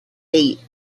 eight